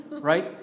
Right